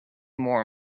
more